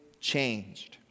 changed